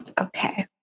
Okay